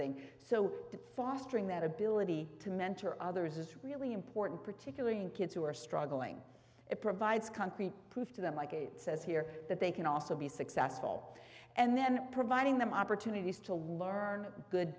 thing so that fostering that ability to mentor others is really important particularly in kids who are struggling it provides concrete proof to them like it says here that they can also be successful and then providing them opportunities to learn good